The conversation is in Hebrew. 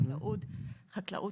חקלאות,